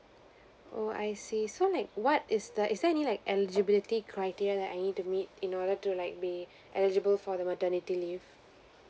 oh I see so like what is the is there any like eligibility criteria that I need to meet in order to like be eligible for the maternity leave